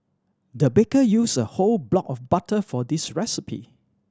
the baker used a whole block of butter for this recipe